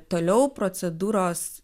toliau procedūros